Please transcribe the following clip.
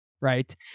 right